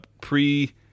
Pre